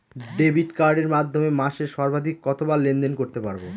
Debit কার্ডের মাধ্যমে মাসে সর্বাধিক কতবার লেনদেন করতে পারবো?